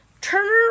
Turner